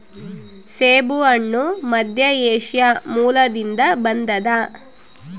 ಸೇಬುಹಣ್ಣು ಮಧ್ಯಏಷ್ಯಾ ಮೂಲದಿಂದ ಬಂದದ